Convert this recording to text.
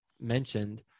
mentioned